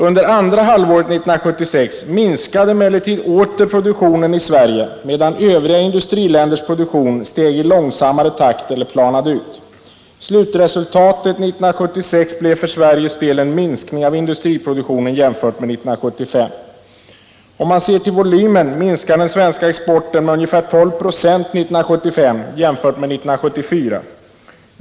Under andra halvåret 1976 minskade emellertid åter produktionen i Sverige, medan övriga industriländers produktion steg i långsammare takt eller planade ut. Slutresultatet 1976 blev för Sveriges del en minskning av industriproduktionen jämfört med 1975. Om man ser till volymen minskade den svenska exporten med ungefär 12 96 år 1975 jämfört med 1974.